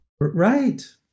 Right